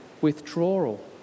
withdrawal